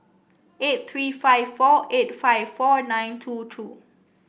eight three five four eight five four nine two two